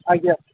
ଆଜ୍ଞା